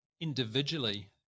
individually